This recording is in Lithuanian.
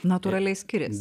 natūraliai skiriasi